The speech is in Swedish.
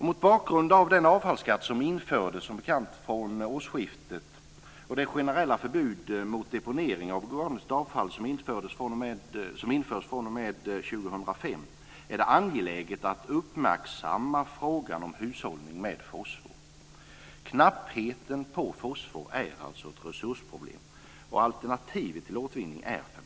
Mot bakgrund av den avfallsskatt som infördes från årsskiftet och det generella förbud mot deponering av organiskt avfall som införs fr.o.m. år 2005 är det angeläget uppmärksamma frågan om hushållning med fosfor. Knappheten på fosfor är ett resursproblem, och alternativet till återvinning är förbränning.